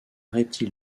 reptile